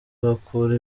bakura